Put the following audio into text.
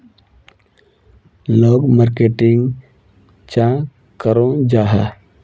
लोग मार्केटिंग चाँ करो जाहा?